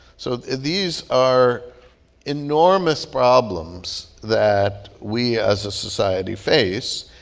so these are enormous problems that we as a society face,